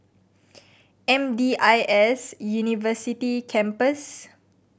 M D I S University Campus